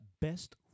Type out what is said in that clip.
best